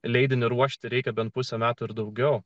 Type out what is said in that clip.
leidinį ruošti reikia bent pusę metų ir daugiau